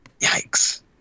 Yikes